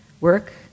work